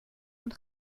und